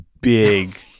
big